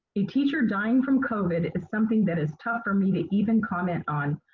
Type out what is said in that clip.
a teacher dying from covid is something that is tough for me to even comment on.